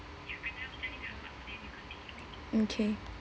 okay